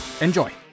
Enjoy